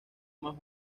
más